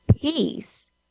peace